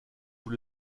vous